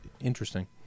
interesting